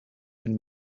and